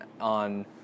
on